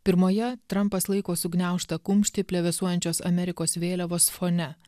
pirmoje trumpas laiko sugniaužtą kumštį plevėsuojančios amerikos vėliavos fone